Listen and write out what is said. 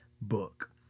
book